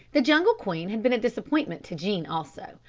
the jungle queen had been a disappointment to jean also.